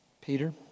Peter